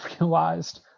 realized